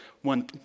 one